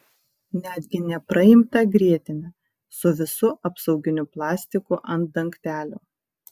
netgi nepraimtą grietinę su visu apsauginiu plastiku ant dangtelio